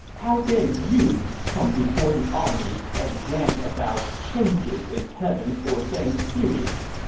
how dare you come before the army and rant about changes in heaven's ordained periods!